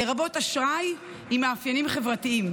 לרבות אשראי עם מאפיינים חברתיים.